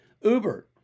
Uber